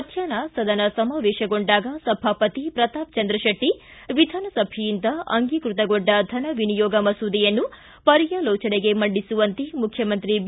ಮಧ್ವಾಷ್ನ ಸದನ ಸಮಾವೇಶಗೊಂಡಾಗ ಸಭಾಪತಿ ಪ್ರತಾಪಚಂದ್ರ ಶೆಟ್ಟಿ ವಿಧಾನಸಭೆಯಿಂದ ಅಂಗೀಕೃತಗೊಂಡ ಧನ ವಿನಿಯೋಗ ಮಸೂದೆಯನ್ನು ಪರ್ಯಾಲೋಜನೆಗೆ ಮಂಡಿಸುವಂತೆ ಮುಖ್ಚಮಂತ್ರಿ ಬಿ